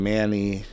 Manny